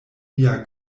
mia